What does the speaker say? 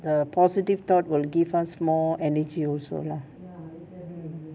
the positive thought will give us more energy also lah